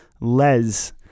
Les